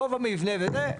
גובה מבנה וזה,